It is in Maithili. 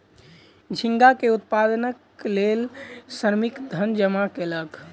झींगा के उत्पादनक लेल श्रमिक धन जमा कयलक